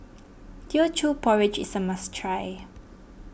Teochew Porridge is a must try